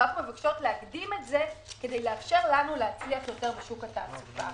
אנחנו מבקשות להקדים את זה כדי לאפשר לנו להצליח יותר בשוק התעסוקה.